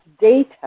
data